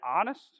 honest